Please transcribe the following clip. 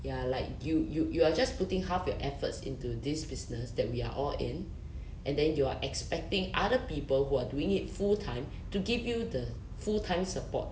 ya like you you you are just putting half your efforts into this business that we are all in and then you are expecting other people who are doing it full time to give you the full time support